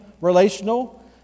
relational